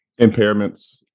impairments